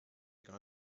gar